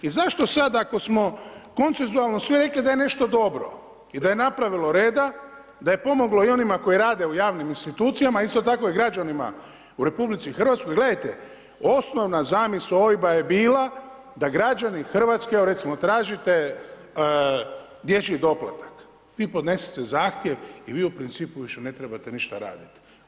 I zašto sada kada smo konsensualno sve rekli da je nešto dobro i da je napravilo reda, da je pomoglo onima koji rade u javnim institucijama, isto tako i građanima u RH, gledajte osnovna zamisao OIB-a je bila da građani Hrvatske, evo recimo tražite dječji doplata, vi podnesete zahtjev i vi u principu više ne trebate ništa raditi.